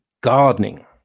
gardening